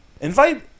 Invite